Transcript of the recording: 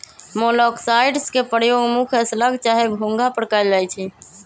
मोलॉक्साइड्स के प्रयोग मुख्य स्लग चाहे घोंघा पर कएल जाइ छइ